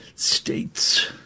States